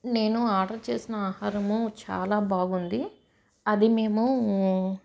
నేను ఆర్డర్ చేసిన ఆహారము చాలా బాగుంది అది మేము